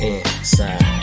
Inside